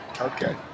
Okay